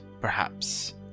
Perhaps